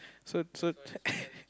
so so